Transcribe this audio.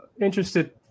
interested